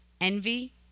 envy